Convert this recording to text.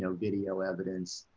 so video evidence,